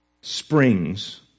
Springs